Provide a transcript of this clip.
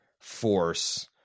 force